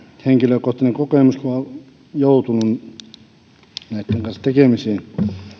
henkilökohtainen kokemus kun on joutunut näitten kanssa tekemisiin